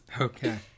Okay